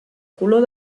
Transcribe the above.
color